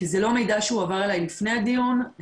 כי זה לא מידע שהועבר אלי לפני הדיון,